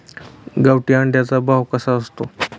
गावठी अंड्याचा भाव कसा असतो?